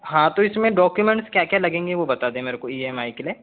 हाँ तो इसमें डॉक्युमेंट्स क्या क्या लगेंगे वो बता दे मेरे को ई एम आई के लिए